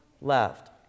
left